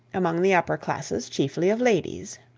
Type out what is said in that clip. among the upper classes, chiefly of ladies.